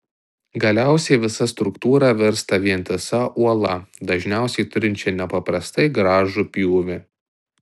galiausiai visa struktūra virsta vientisa uola dažniausiai turinčia nepaprastai gražų pjūvį